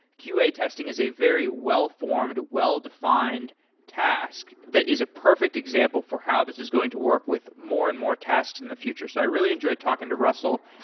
qa testing is a very well formed, well-defined task that is a perfect example for how this is going to work with more and more tasks in the future. so i really enjoyed talking to russell,